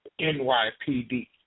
NYPD